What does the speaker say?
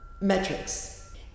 Metrics